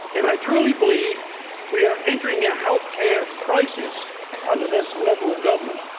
and i truly believe we are entering a health care crisis under this liberal government,